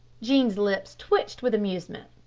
jean's lips twitched with amusement.